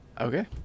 Okay